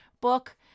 book